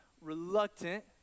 reluctant